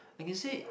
I can say